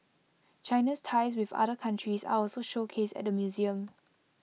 China's ties with other countries are also showcased at the museum